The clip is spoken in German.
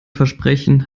versprechen